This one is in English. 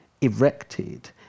erected